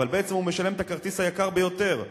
אבל בעצם הוא משלם את הכרטיס היקר ביותר,